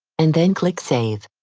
and then click save.